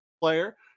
player